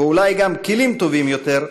ואולי גם כלים טובים יותר,